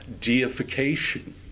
Deification